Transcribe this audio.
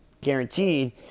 guaranteed